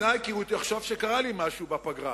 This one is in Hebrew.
כי הוא עוד יחשוב שקרה לי משהו בפגרה,